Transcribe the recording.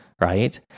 right